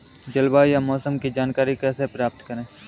जलवायु या मौसम की जानकारी कैसे प्राप्त करें?